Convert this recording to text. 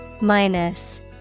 Minus